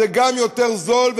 זה גם יותר זול,